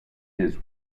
his